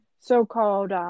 so-called